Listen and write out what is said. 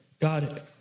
God